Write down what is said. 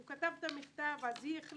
הוא כתב את המכתב, אז היא החליטה?